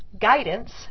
guidance